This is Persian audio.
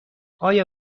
آیا